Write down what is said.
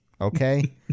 Okay